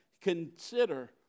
consider